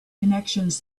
connections